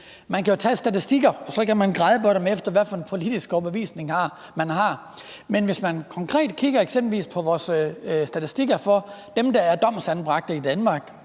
Man kan jo tage statistikkerne, og så kan man gradbøje dem, efter hvilken politisk overbevisning man har. Men hvis man konkret kigger på vores statistikker over dem, der er domsanbragte i Danmark,